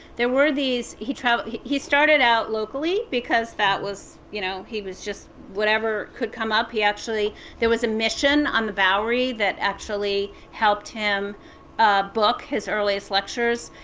there were these he travelled he started out locally because that was, you know, he was just whatever could come up he actually there was a mission on the bowery that actually helped him book his earliest lectures.